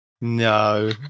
No